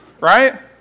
Right